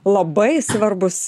labai svarbūs